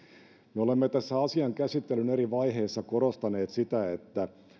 me olemme tämän asian käsittelyn eri vaiheissa korostaneet sitä että